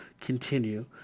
continue